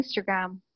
Instagram